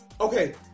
Okay